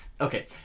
Okay